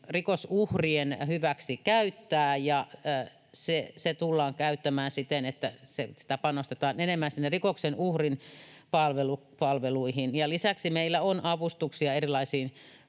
rikosuhrien hyväksi. Se tullaan käyttämään siten, että panostetaan enemmän sinne rikoksen uhrin palveluihin. Lisäksi meillä on avustuksia erilaisiin